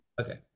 Okay